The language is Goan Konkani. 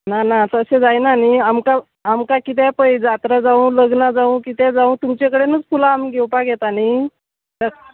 ना ना तशें जायना न्ही आमकां आमकां किदेंय पय जात्रा जांव लग्ना जावं कितें जावूं तुमचे कडेनूच फुलां आमी घेवपाक येता न्ही